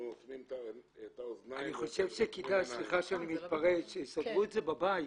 אוטמים את האוזניים ועוצמים את העיניים.